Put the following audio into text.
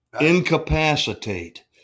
incapacitate